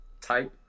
type